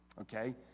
Okay